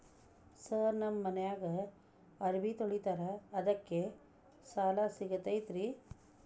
Sir ನಮ್ಮ ಮನ್ಯಾಗ ಅರಬಿ ತೊಳಿತಾರ ಅದಕ್ಕೆ ಸಾಲ ಸಿಗತೈತ ರಿ?